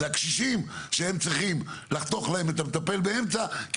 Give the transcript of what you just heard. אלה הקשישים שהם צריכים לחתוך להם את המטפל באמצע התקופה כי